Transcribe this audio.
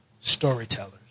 storytellers